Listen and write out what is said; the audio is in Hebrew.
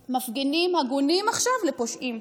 עכשיו מפגינים הגונים לפושעים,